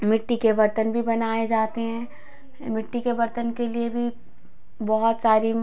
मिट्टी के बर्तन भी बनाए जाते हैं मिट्टी के बर्तन के लिए भी बहुत सारी